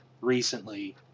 recently